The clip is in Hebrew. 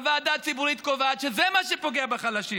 הוועדה הציבורית קובעת שזה מה שפוגע בחלשים.